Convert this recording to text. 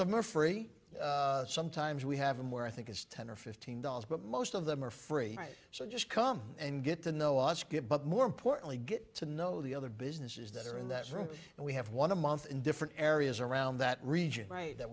more free sometimes we have a more i think it's ten or fifteen dollars but most of them are free so just come and get to know us good but more importantly get to know the other businesses that are in that room and we have one a month in different areas around that region right that